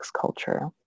culture